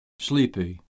sleepy